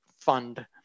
fund